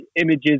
images